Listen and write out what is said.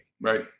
Right